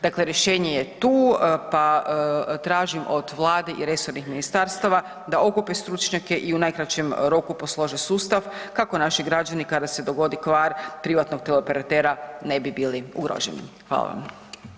Dakle, rješenje je tu, pa tražim od vlade i resornih ministarstava da okupe stručnjake i u najkraćem roku poslože sustav kako naši građani kada se dogodi kvar privatnog operatera ne bi bili ugroženi.